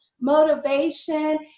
motivation